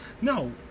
No